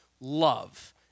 love